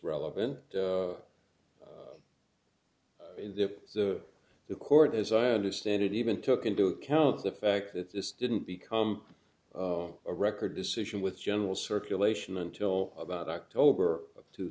relevant in the the court as i understand it even took into account the fact that this didn't become a record decision with general circulation until about october